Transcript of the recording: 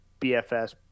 BFS